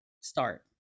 start